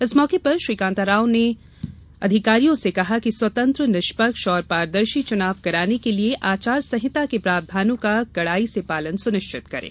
इस मौके पर श्री कांताराव ने अधिकारियों से कहा कि स्वतंत्र निष्पक्ष और पारदर्शी चुनाव कराने के लिए आचार संहिता के प्रावधानों का कड़ाई से पालन सुनिश्चित करें